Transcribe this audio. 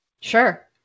Sure